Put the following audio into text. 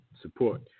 Support